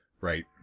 right